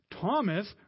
Thomas